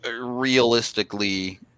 realistically